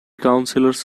councillors